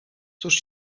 cóż